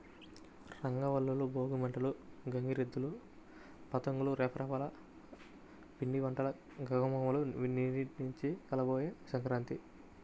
రంగవల్లులు, భోగి మంటలు, గంగిరెద్దులు, పతంగుల రెపరెపలు, పిండివంటల ఘుమఘుమలు వీటన్నింటి కలబోతే సంక్రాంతి